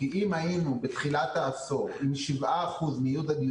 כי אם היינו בתחילת העשור עם 7% מ-י' עד